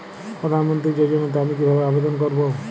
প্রধান মন্ত্রী যোজনাতে আমি কিভাবে আবেদন করবো?